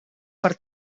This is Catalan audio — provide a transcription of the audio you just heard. per